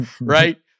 right